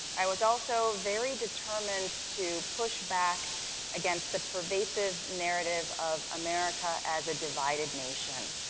i was also very determined to push back against the pervasive narrative of america as a divided nation.